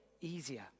easier